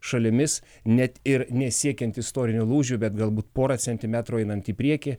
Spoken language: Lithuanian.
šalimis net ir nesiekiant istorinių lūžių bet galbūt pora centimetrų einant į priekį